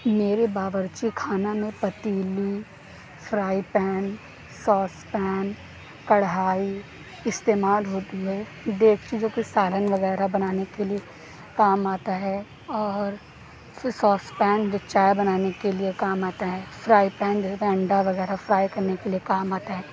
میرے باورچی خانہ میں پتیلی فرائی پین ساس پین کڑھائی استعمال ہوتی ہے دیگچی جوکہ سالن وغیرہ بنانے کے لیے کام آتا ہے اور پھر ساس پین جو چائے بنانے کے لیے کام آتا ہے فرائی پین جو ہے وہ انڈا وغیرہ فرائی کرنے کے لیے کام آتا ہے